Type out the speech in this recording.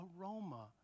aroma